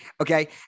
Okay